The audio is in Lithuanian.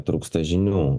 trūksta žinių